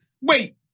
wait